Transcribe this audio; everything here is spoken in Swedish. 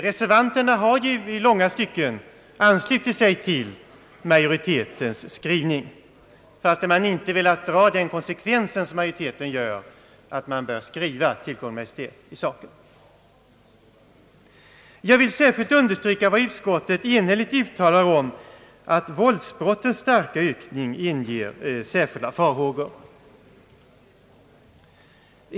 Reservanterna har i långa stycken anslutit sig till majoritetens skrivning, fastän man inte önskat dra den konsekvens som majoriteten gör, nämligen att riksdagen bör skriva till Kungl. Maj:t i saken. Jag vill understryka utskottets enhälliga uttalande om att våldsbrottens starka ökning inger särskilda farhågor.